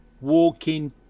walking